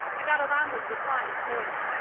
i got alonzo's reply this morning.